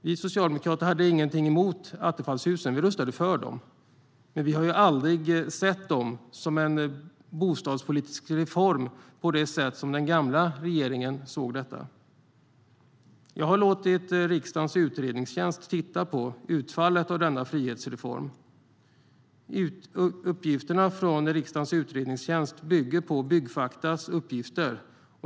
Vi socialdemokrater hade inget emot Attefallshus; vi röstade för dem. Men vi har aldrig sett dem som en bostadspolitisk reform, på det sätt som den gamla regeringen gjorde. Jag har låtit riksdagens utredningstjänst titta på utfallet av denna frihetsreform. Uppgifterna från riksdagens utredningstjänst bygger på Byggfaktas uppgifter.